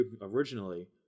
originally